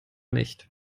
nicht